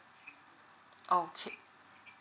okay